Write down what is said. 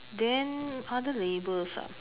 then other labels ah